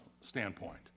standpoint